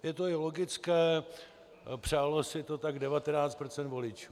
Je to i logické, přálo si to tak 19 % voličů.